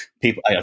people